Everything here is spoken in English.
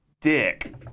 dick